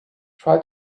try